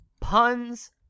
puns